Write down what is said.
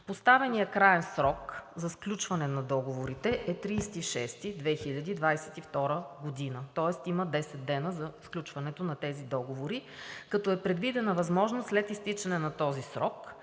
Поставеният краен срок за сключване на договорите е 30 юни 2022 г., тоест има 10 дни за сключването на тези договори, като е предвидена възможност след изтичане на този срок